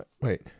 Wait